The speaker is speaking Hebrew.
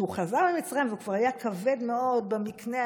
כשהוא חזר ממצרים והוא כבר היה כבד מאוד במקנה,